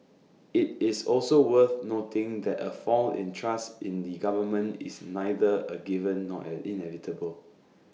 IT is also worth noting that A fall in trust in the government is neither A given nor an inevitable